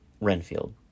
Renfield